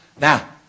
Now